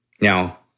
Now